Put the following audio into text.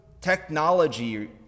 technology